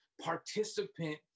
participant